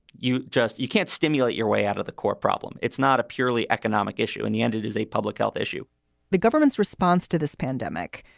you just you can't stimulate your way out of the core problem. it's not a purely economic issue. in the end, it is a public health issue the government's response to this pandemic,